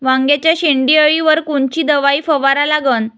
वांग्याच्या शेंडी अळीवर कोनची दवाई फवारा लागन?